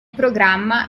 programma